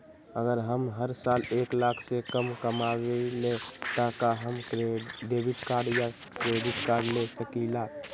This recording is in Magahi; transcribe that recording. अगर हम हर साल एक लाख से कम कमावईले त का हम डेबिट कार्ड या क्रेडिट कार्ड ले सकीला?